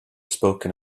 spoken